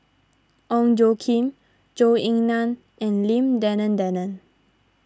Ong Tjoe Kim Zhou Ying Nan and Lim Denan Denon